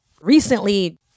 recently